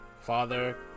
father